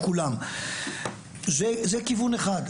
זה כיוון אחד,